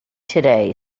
today